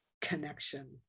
connection